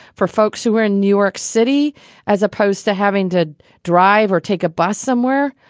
for folks who were in new york city as opposed to having to drive or take a bus somewhere.